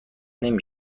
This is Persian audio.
نمی